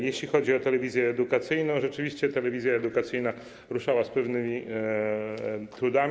Jeśli chodzi o telewizję edukacyjną, rzeczywiście telewizja edukacyjna ruszała z pewnym trudem.